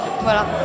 Voilà